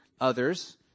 others